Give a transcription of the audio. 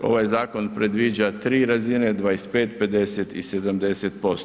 Ovaj zakon predviđa 3 razine 25, 50 i 70%